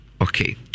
Okay